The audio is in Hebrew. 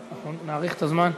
נאריך את הזמן.